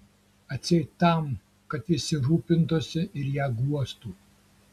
atseit tam kad visi rūpintųsi ir ją guostų